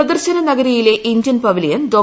പ്രദർശന നഗരിയിലെ Indian pavilion ഡോ